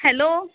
hello